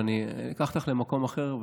ואני אקח אותך למקום אחר,